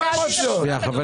לא אמוציות.